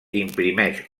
imprimeix